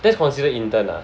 that's considered intern ah